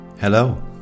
Hello